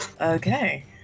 Okay